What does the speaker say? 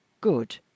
Good